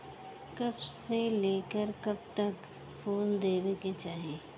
कब से लेके कब तक फुल देवे के चाही?